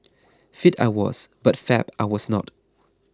fit I was but fab I was not